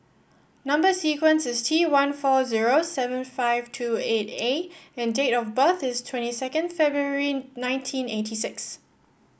number sequence is T one four zero seven five two eight A and date of birth is twenty second February nineteen eighty six